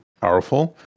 powerful